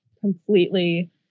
completely